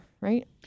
right